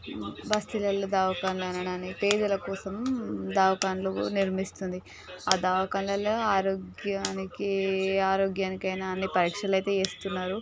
బస్తిలలో ధవకానా పేదల కోసం ధవాకానాలు నిర్మిస్తుంది ఆ ధవాకానాలలో ఆరోగ్యానికి ఏ ఆరోగ్యానికైనా అని పరీక్షలైతే చేస్తున్నారు